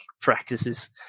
practices